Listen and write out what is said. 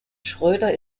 schröder